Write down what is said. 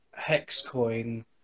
HexCoin